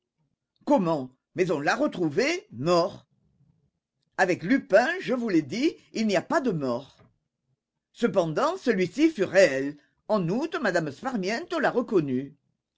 comment mais on l'a retrouvé mort avec lupin je vous l'ai dit il n'y a pas de mort cependant celui-ci fut réel en outre m me sparmiento l'a reconnu